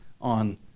on